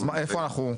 אז מה, איפה אנחנו?